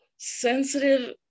sensitive